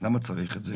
למה צריך את זה?